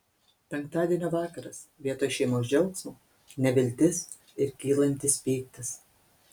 penktadienio vakaras vietoj šeimos džiaugsmo neviltis ir kylantis pyktis